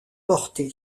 porté